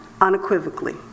unequivocally